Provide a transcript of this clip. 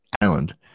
island